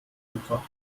gebracht